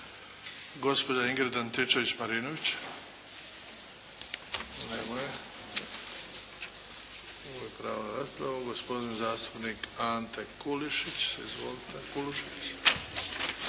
Gospodin zastupnik Ante Kulušić. Izvolite. **Kulušić,